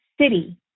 city